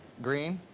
green,